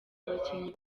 bakinnyi